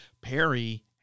Perry